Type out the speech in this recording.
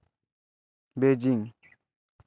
Beijing